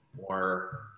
more